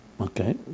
Okay